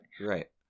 right